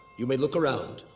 you may look around.